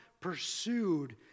pursued